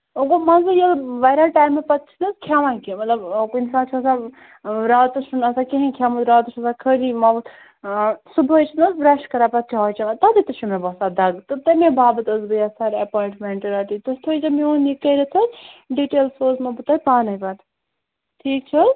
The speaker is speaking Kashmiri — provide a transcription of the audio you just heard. وۅنۍ گوٚو مَنٛزٕ تیٚلہِ واریاہ ٹایمہٕ پَتہٕ چھِنہٕ حظ کھٮ۪وان کیٚنٛہہ مطلب آ کُنہِ ساتہٕ چھُ آسان راتَس چھُنہٕ آسان کِہیٖنٛۍ کھٮ۪ومُت راتَس چھُ آسان خٲلی ماوُتھ صبُحٲے چھِنہٕ حظ برٛیش کران پَتہٕ چاے چٮ۪وان تٮ۪تھ تہِ چھُ مےٚ باسان دَگ تہٕ تَمے باپَتھ ٲسٕس بہٕ یَژھان ایپوایِنٛٹ مٮ۪نٛٹ رَٹٔنۍ تہٕ تُہۍ تھٲوزیٚو میٛون یہِ کٔرِتھ حظ ڈِٹیلٕز سوزہو بہٕ تۄہہِ پانٕے پَتہٕ ٹھیٖک چھِ حظ